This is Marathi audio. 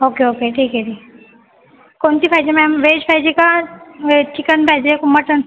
ओके ओके ठीक आहे ठीक कोणती पाहिजे मॅम वेज पाहिजे का वेज चिकन पाहिजे को मटन